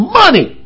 money